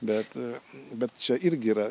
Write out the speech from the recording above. bet bet čia irgi yra